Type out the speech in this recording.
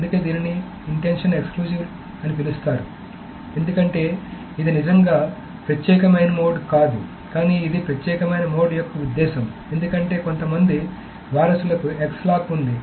అందుకే దీనిని intention exclusive అని పిలుస్తారు ఎందుకంటే ఇది నిజంగా ప్రత్యేకమైన మోడ్ కాదు కానీ ఇది ప్రత్యేకమైన మోడ్ యొక్క ఉద్దేశ్యం ఎందుకంటే కొంతమంది వారసులకు X లాక్ ఉంది